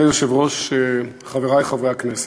אדוני היושב-ראש, חברי חברי הכנסת,